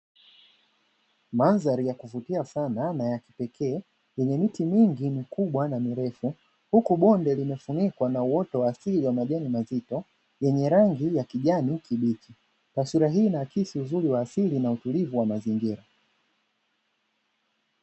Mandhari ya kuvutia sana na ya kipekee yenye miti mingi mikubwa na mirefu huku bonde limefunikwa na uoto wa asili wa majani mazito yenye rangi ya kijani kibichi, taswira hii inaakisi uzuri wa asili na utulivu wa mazingira.